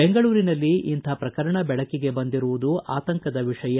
ಬೆಂಗಳೂರಿನಲ್ಲಿ ಇಂಥ ಪ್ರಕರಣ ಬೆಳಕಿಗೆ ಬಂದಿರುವುದು ಆತಂಕದ ವಿಷಯ